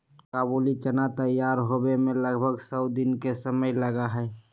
काबुली चना तैयार होवे में लगभग सौ दिन के समय लगा हई